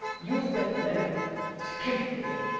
use that memory skilfully